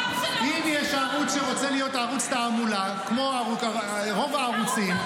אם יש ערוץ שרוצה להיות ערוץ תעמולה כמו רוב הערוצים,